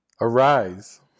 Arise